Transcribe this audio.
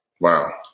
Wow